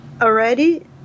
already